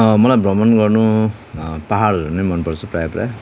मलाई भ्रमण गर्नु पाहाडहरू नै मनपर्छ प्रायः प्रायः